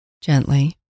gently